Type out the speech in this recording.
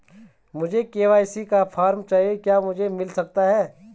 मुझे के.वाई.सी का फॉर्म चाहिए क्या मुझे मिल सकता है?